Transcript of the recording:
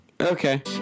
okay